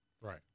Right